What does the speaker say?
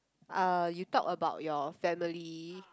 uh you talk about your family